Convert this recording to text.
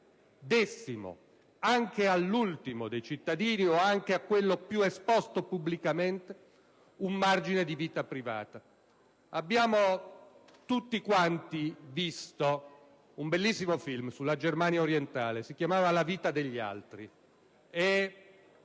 garantissimo anche all'ultimo dei cittadini o anche a quello più esposto pubblicamente un margine di vita privata. Abbiamo tutti visto un bellissimo film sulla Germania orientale, dal titolo «Le vite degli altri»,